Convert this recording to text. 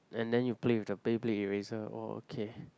and then you play with the Bayblade eraser oh okay